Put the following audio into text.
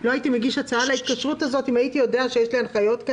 לא הייתי מגיש הצעה להתקשרות הזאת אם הייתי יודע שיש לי הנחיות כאלה.